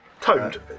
Toad